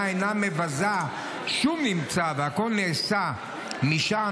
אינה מבזה שום נמצא והכול נעשה משם,